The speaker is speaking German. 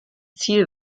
ziel